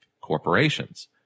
corporations